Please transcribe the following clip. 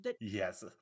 yes